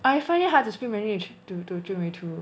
I find it hard to speak mandarin to to too